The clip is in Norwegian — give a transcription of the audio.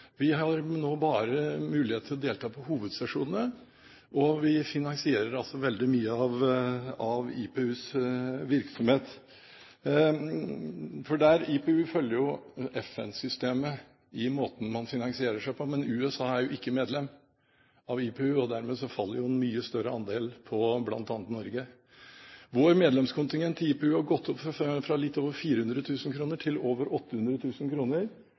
Vi har nå bare mulighet til å delta på hovedsesjonene, og vi finansierer altså veldig mye av IPUs virksomhet. IPU følger FN-systemet i måten man finansierer seg på, men USA er jo ikke medlem av IPU, og dermed faller en mye større andel på bl.a. Norge. Vår medlemskontingent til IPU har gått opp fra litt over 400 000 kr til over